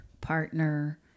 partner